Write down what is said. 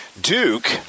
Duke